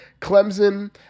Clemson